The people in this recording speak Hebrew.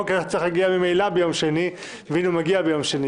לתיקון וקיום תוקפן של תקנות שעת חירום.